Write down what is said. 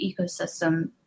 ecosystem